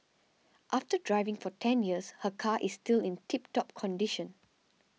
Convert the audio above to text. after driving for ten years her car is still in tip top condition